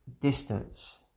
distance